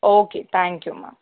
okay thank you ma'am